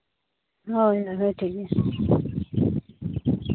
ᱦᱳᱭ ᱦᱳᱭ ᱴᱷᱤᱠᱜᱮᱭᱟ